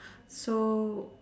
so